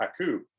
Haku